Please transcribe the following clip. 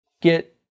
get